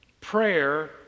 Prayer